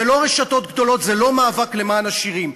זה לא רשתות גדולות, זה לא מאבק למען עשירים.